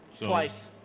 twice